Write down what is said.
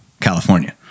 California